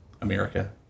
America